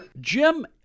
Jim